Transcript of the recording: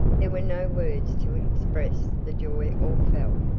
there were no words to express the joy all felt,